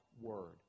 word